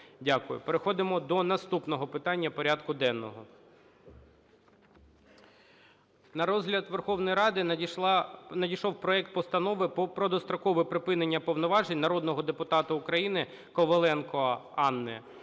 Переходимо до наступного питання порядку денного.